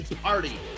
party